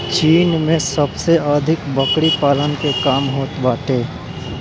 चीन में सबसे अधिक बकरी पालन के काम होत बाटे